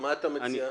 מה אתה מציע?